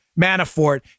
Manafort